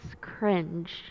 cringe